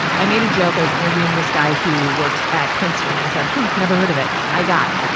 i made a joke. i was interviewing this guy who works at princeton. and i said, huh. never heard of it. i got,